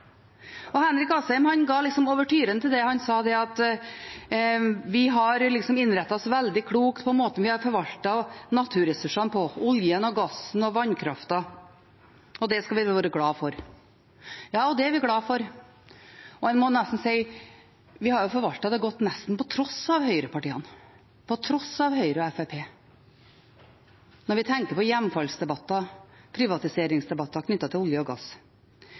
det. Henrik Asheim ga liksom ouverturen til den. Han sa at vi har innrettet oss veldig klokt når det gjelder måten vi har forvaltet naturressursene på, oljen, gassen og vannkraften, og det skal vi være glad for. Ja, det er vi glad for. En må nesten si at vi har forvaltet dem godt på tross av høyrepartiene – på tross av Høyre og Fremskrittspartiet – når vi tenker på hjemfallsdebatter og privatiseringsdebatter knyttet til olje og gass.